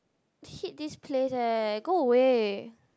hit this place leh go away